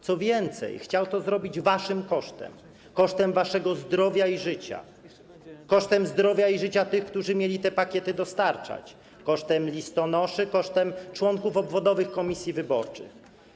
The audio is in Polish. Co więcej, chciał to zrobić waszym kosztem, kosztem waszego zdrowia i życia, kosztem zdrowia i życia tych, którzy mieli te pakiety dostarczać, kosztem listonoszy, kosztem członków obwodowych komisji wyborczych.